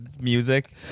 music